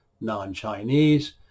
non-Chinese